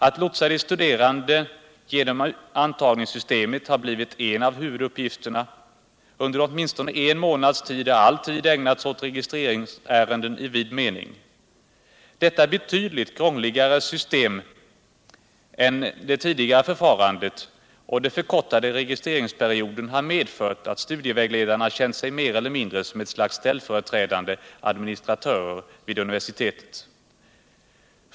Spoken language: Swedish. Att lotsa de studerande genom antagningssystemet har blivit en av huvuduppgifterna. Under åtminstone en månads tid har all tid ägnats åt registreringsärenden i vid mening. Detta betydligt krångligare system än det tidigare förfarandet och den förkortade registreringsperioden har medfört att studievägledarna känt sig mer eller mindre som ett slags ställföreträdande administratörer vid universitetet.